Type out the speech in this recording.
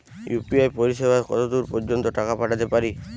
UPI পরিসেবা কতদূর পর্জন্ত টাকা পাঠাতে পারি?